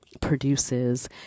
produces